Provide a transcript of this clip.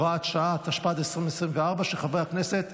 הגנה לישראל (גמלאות) (תיקון מס' 35)